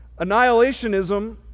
Annihilationism